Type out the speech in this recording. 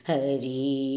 Hari